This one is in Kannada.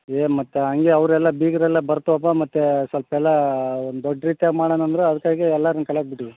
ಏನು ಮತ್ತೆ ಹಂಗೆ ಅವರೆಲ್ಲ ಬೀಗರೆಲ್ಲ ಬರ್ತಾವಪ್ಪ ಮತ್ತು ಸ್ವಲ್ಪ ಎಲ್ಲ ಒಂದು ದೊಡ್ಡ ರೀತ್ಯಾಗಿ ಮಾಡಣ ಅಂದರು ಅದಕ್ಕಾಗಿ ಎಲ್ಲರನ್ನು ಕರ್ಯಾಕ್ ಬಿಟ್ಟೀವಿ